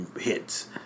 hits